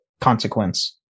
consequence